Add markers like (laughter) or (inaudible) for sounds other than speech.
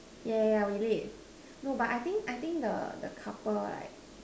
yeah yeah yeah we late (noise) no but I think I think the the couple right